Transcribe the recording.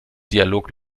dialog